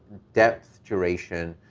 depth, duration,